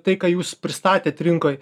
tai ką jūs pristatėt rinkoj